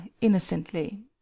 innocently